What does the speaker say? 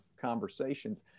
conversations